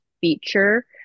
feature